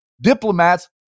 diplomats